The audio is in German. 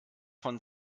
von